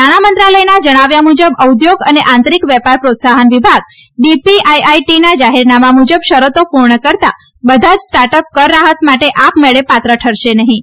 નાણાં મંત્રાલયના જણાવ્યા મુજબ ઉદ્યોગ અને આંતરિક વેપાર પ્રોત્સાહન વિભાગ ડીપીઆઈઆઈટીના જાહેરનામા મુજબ શરતો પૂર્ણ કરતા બધા જ સ્ટાર્ટઅપ કરરાહત માટે આપમેળે પાત્ર ઠરશે નહીં